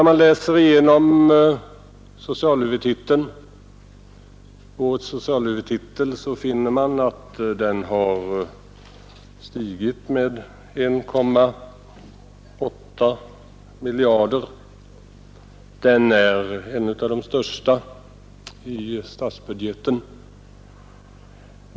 Socialhuvudtiteln har stigit med 1,8 miljarder jämfört med föregående år, och den är en av de största i statsbudgeten.